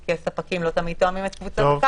כי הספקים לא תמיד תואמים את --- טוב,